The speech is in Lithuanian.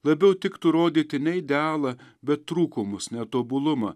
labiau tiktų rodyti ne idealą bet trūkumus netobulumą